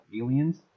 Aliens